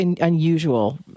unusual